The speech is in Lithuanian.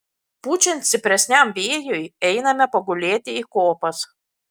pučiant stipresniam vėjui einame pagulėti į kopas